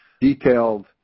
detailed